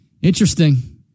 interesting